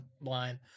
blind